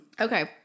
Okay